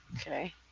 Okay